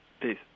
Peace